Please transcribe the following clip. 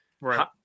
Right